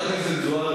חברת הכנסת זוארץ,